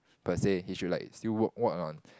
per se he should like still work work on